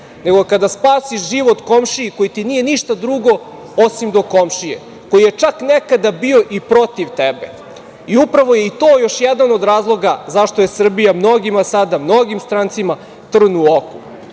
nego kada spasiš život komšiji koji ti nije ništa drugo, osim do komšije, koji je čak nekada bio i protiv tebe? Upravo je i to još jedan od razloga zašto je Srbija mnogima sada, mnogim strancima trn u